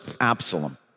Absalom